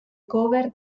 cover